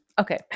okay